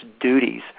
duties